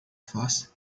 faz